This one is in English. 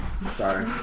Sorry